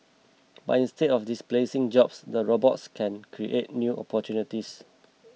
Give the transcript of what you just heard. but instead of displacing jobs the robots can create new opportunities